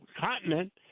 continent